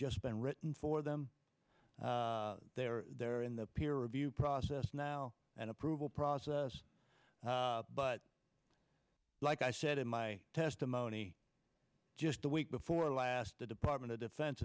just been written for them they are there in the peer review process now and approval process but like i said in my testimony just the week before last the department of defense